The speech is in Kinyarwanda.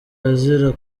azira